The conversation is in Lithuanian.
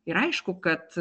ir aišku kad